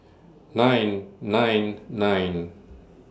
nine nine nine